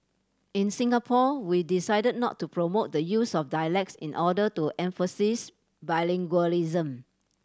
in Singapore we decided not to promote the use of dialects in order to emphasise bilingualism